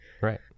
right